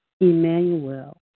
Emmanuel